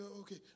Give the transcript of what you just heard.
okay